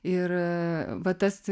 ir va tas